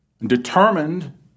Determined